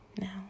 now